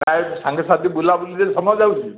ନା ସାଙ୍ଗ ସାଥି ବୁଲା ବୁଲି ରେ ସମୟ ଯାଉଛି